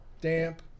damp